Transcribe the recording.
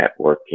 networking